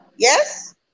Yes